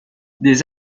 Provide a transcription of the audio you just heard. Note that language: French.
des